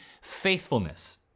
faithfulness